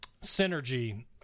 synergy